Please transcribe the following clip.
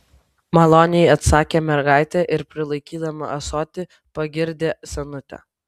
maloniai atsakė mergaitė ir prilaikydama ąsotį pagirdė senutę